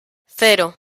cero